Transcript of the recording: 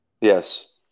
Yes